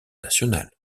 national